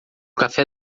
café